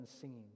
singing